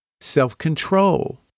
self-control